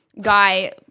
guy